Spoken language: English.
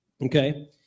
Okay